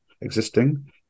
existing